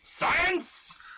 Science